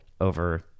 over